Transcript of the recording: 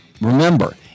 remember